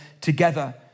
together